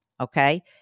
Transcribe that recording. okay